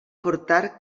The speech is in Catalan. portar